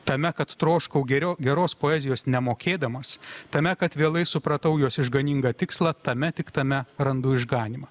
tame kad troškau geriau geros poezijos nemokėdamas tame kad vėlai supratau jos išganingą tikslą tame tik tame randu išganymą